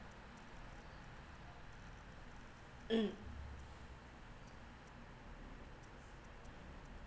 mm